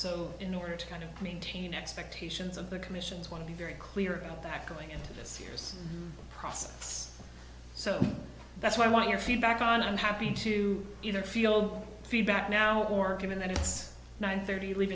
so in order to kind of maintain expectations of the commission's want to be very clear about that going into this year's process so that's why i want your feedback on i'm happy to either feel feedback now or given that it's nine thirty leave